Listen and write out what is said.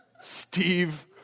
Steve